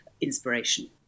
inspiration